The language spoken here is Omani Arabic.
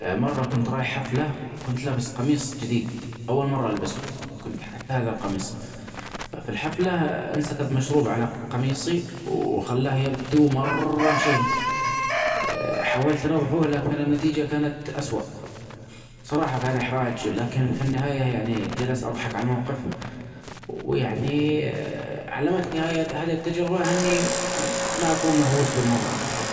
مرة كنت رايح حفلة ،وكنت لابس قميص جديد أول مرة ألبسة. كنت أحب هذا القميص في الحفلة لا أنسكب مشروب علي قميصي وخلاه يبدو مررررررره شين حاولت أنظفة لكن النتيجة كانت أسوأ. صراحة كان إحراج لكن في النهاية يعني جالس أضحك علي الموقف ويعني علمتني هذه التجربة إني ما أكون مهووس بالمظهر فقط